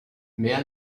mehr